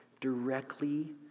directly